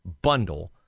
bundle